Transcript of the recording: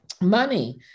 money